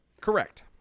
Correct